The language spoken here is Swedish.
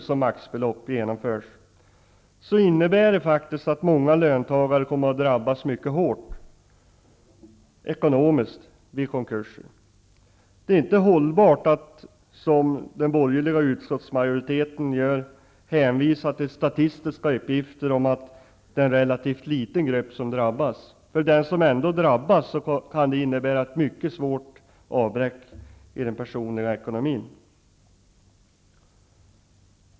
som maximibelopp genomförs, innebär det att många löntagare kommer att drabbas mycket hårt ekonomiskt vid konkurser. Det är inte hållbart att, som den borgerliga utskottsmajoriteten gör, hänvisa till statistiska uppgifter om att det är en relativt liten grupp som drabbas. För dem som ändå drabbas kan det innebära ett mycket svårt avbräck i den personliga ekonomin.